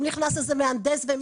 אם נכנס איזה מהנדס ומישהו פצע אותו?